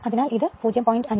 അതിനാൽ ഇത് 0